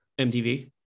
MTV